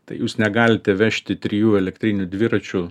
tai jūs negalite vežti trijų elektrinių dviračių